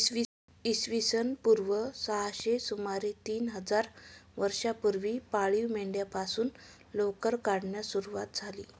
इसवी सन पूर्व सहाशे सुमारे तीन हजार वर्षांपूर्वी पाळीव मेंढ्यांपासून लोकर काढण्यास सुरवात झाली